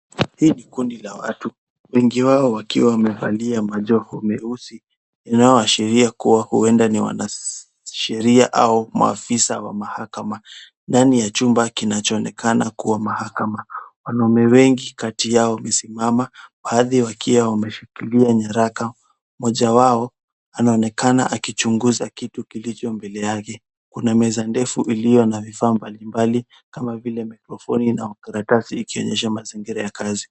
Hii ni kundi ya watu wengi wao wakiwa wamevalia majoho meusi inayoashiria kuwa huenda ni wanasheria au maafisa wa mahakama ndani ya chumba kinachoonekana kuwa mahakama. Wanaume wengi kati yao wamesimama baadhi wakiwa wameshikilia nyaraka. Mmoja wao anaonekana akichunguza kitu kilicho mbele yake. Kuna meza ndefu iliyo na vifaa mbalimbali kama vile maikrofoni na karatasi ikionyesha mazingira ya kazi.